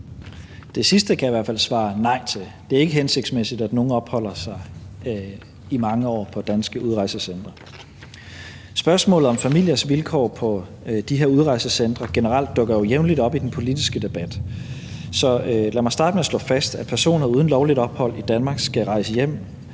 Det sidste kan jeg i hvert fald svare nej til. Det er ikke hensigtsmæssigt, at nogen opholder sig i mange år på danske udrejsecentre. Spørgsmålet om familiers vilkår på de her udrejsecentre generelt dukker jo jævnligt op i den politiske debat, så lad mig starte med at slå fast, at personer uden lovligt ophold i Danmark skal rejse hjem,